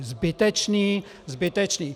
Zbytečné, zbytečné.